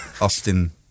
Austin